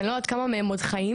אני לא יודעת כמה מהם עוד חיים,